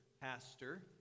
pastor